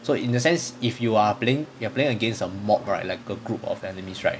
so in a sense if you are playing you're playing against a mob right like a group of enemies right